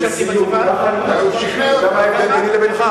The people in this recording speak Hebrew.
ככה אתה עונה לחרדים, לש"ס?